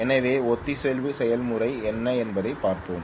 எனவே ஒத்திசைவு செயல்முறை என்ன என்பதைப் பார்ப்போம்